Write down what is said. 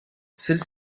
celle